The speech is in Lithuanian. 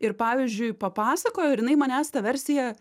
ir pavyzdžiui papasakojo ir jinai manęs ta versija